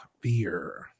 Beer